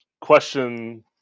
question